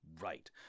Right